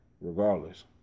regardless